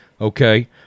okay